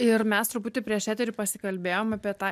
ir mes truputį prieš eterį pasikalbėjom apie tą